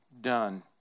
done